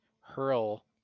Hurl